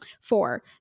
Four